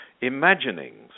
imaginings